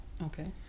Okay